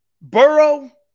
Burrow